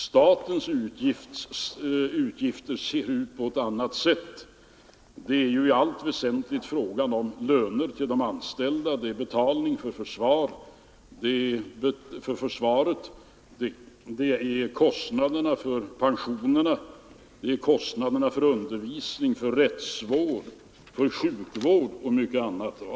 Statens utgifter ser ut på ett annat sätt. Det är där i allt väsentligt fråga om löner till de anställda, betalning för försvaret, kostnader för pensioner, för undervisning, för rättsvård, för sjukvård och mycket annat.